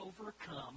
overcome